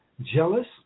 jealous